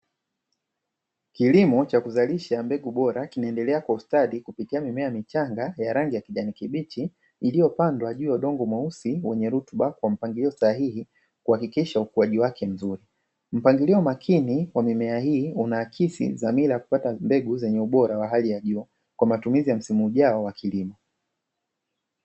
Kilimo cha kuzalisha mbegu bora kinaendelea kwa ustadi, kupitia mimea michanga ya rangi ya kijani kibichi, iliyopandwa juu ya udongo mweusi wenye rutuba kwa mpangilio sahihi, kuhakikisha ukuaji wake mzuri, mpangilio makini wa mimea hii unaakisi dhamira ya kupata mbegu zenye ubora wa hali ya juu, kwa matumizi ya msimu ujao wa kilimo.